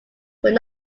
would